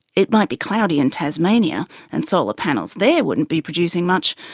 it might be cloudy in tasmania and solar panels there wouldn't be producing much,